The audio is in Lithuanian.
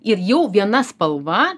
ir jau viena spalva